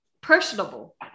personable